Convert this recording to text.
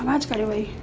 आवाज़ु काॾे वई